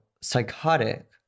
psychotic